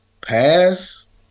pass